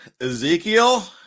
Ezekiel